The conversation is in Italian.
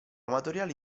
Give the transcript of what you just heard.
amatoriale